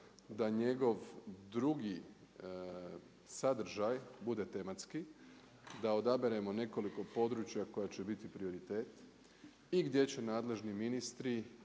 da njegov drugi sadržaj bude tematski, da odaberemo nekoliko područja koja će biti prioritet i gdje će nadležni ministri